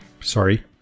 Sorry